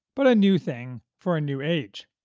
but a new thing for a new age.